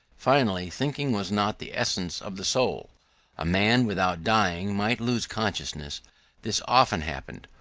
finally, thinking was not the essence of the soul a man, without dying, might lose consciousness this often happened,